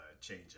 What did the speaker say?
change